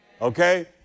Okay